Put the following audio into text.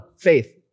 faith